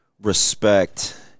respect